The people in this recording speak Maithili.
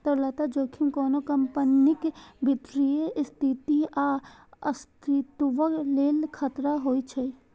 तरलता जोखिम कोनो कंपनीक वित्तीय स्थिति या अस्तित्वक लेल खतरा होइ छै